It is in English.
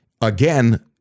again